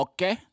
Okay